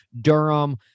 Durham